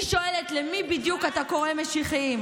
אני שואלת: למי בדיוק אתה קורא "משיחיים"?